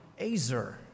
azer